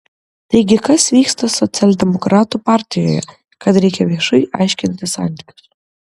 taigi kas vyksta socialdemokratų partijoje kad reikia viešai aiškintis santykius